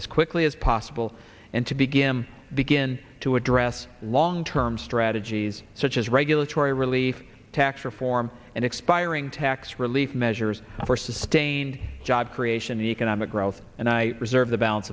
as quickly as possible and to begin begin to address long term strategies such as regulatory relief tax reform and expiring tax relief measures staind job creation economic growth and i reserve the balance